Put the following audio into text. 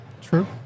True